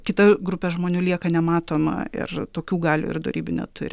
kita grupė žmonių lieka nematoma ir tokių galių ir dorybių neturi